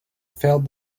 failed